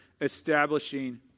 establishing